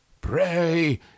pray